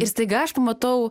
ir staiga aš pamatau